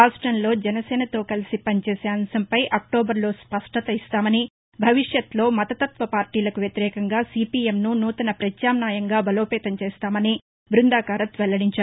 రాష్టంలో జనసేనతో కలసి పనిచేసే అంశంపై అక్టోబర్లో స్పష్టత ఇస్తామని భవిష్యత్లో మతత్వ పార్టీలకు వ్యతిరేకంగా సిపియంను నూతన పత్యామ్నాయంగా బలోపేతం చేస్తామని బ్బందాకారత్ వెల్లడించారు